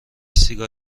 سیگار